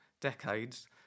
decades